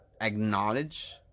acknowledge